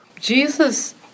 Jesus